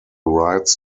rights